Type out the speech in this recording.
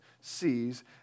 sees